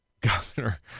governor